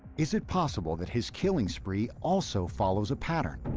is it possible that his killing spree also follows a pattern,